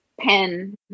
pen